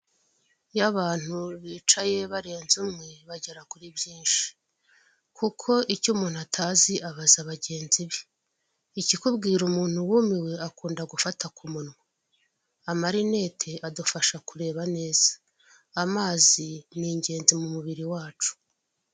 Iyo abantu bicaye barenze umwe bagera kuri byinshi. Kuko icyo umuntu atazi abaza bagenzi be. Ikikubwira umuntu wumiwe akunda gufata ku munwa. Amarinete adufasha kureba neza. Amazi ni ingenzi mu mubiri wacu.